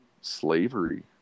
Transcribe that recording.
slavery